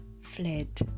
fled